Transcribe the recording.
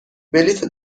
بلیت